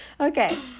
Okay